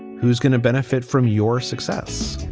who's going to benefit from your success